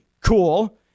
cool